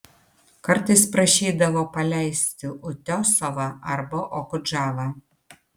kartais prašydavo paleisti utiosovą arba okudžavą